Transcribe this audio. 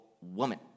woman